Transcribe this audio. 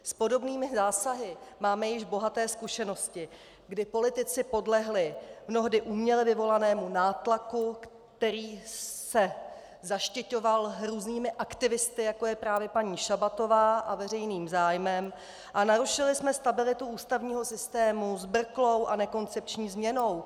S podobnými zásahy máme již bohaté zkušenosti, kdy politici podlehli mnohdy uměle vyvolanému nátlaku, který se zaštiťoval různými aktivisty, jako je právě paní Šabatová, a veřejným zájmem a narušili jsme stabilitu ústavního systému zbrklou a nekoncepční změnou.